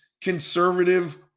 conservative